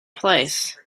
place